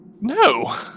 No